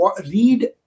read